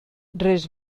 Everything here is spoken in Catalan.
res